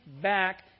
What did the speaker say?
back